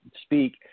speak